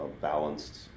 balanced